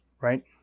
Right